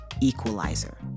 equalizer